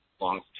long